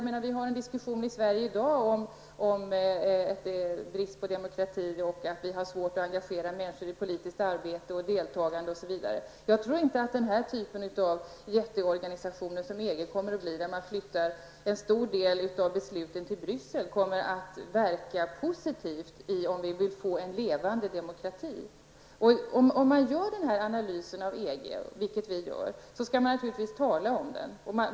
Det förs en diskussion i Sverige i dag om bristen på demokrati och om att det är svårt att få människor att engagera sig i politiskt arbete, att få människor att delta i sådant arbete. Jag tror nämligen inte att den typen av jätteorganisation som EG blir, där en stor del av besluten flyttas till Bryssel, kommer att verka positivt -- om vi nu vill ha en levande demokrati. Om man gör en sådan analys av EG som vi gör, skall man naturligtvis tala om den.